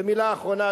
ומלה אחרונה,